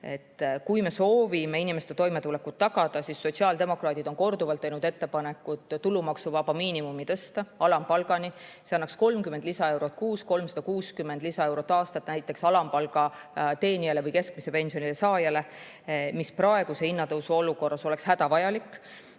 Kui me soovime inimeste toimetulekut tagada, siis sotsiaaldemokraadid on korduvalt teinud ettepaneku tõsta tulumaksuvaba miinimum alampalgani. See annaks 30 lisaeurot kuus, kuni 360 lisaeurot aastas näiteks alampalga teenijale või keskmise pensioni saajale. Praeguse hinnatõusu olukorras oleks see hädavajalik.